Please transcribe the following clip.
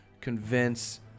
convince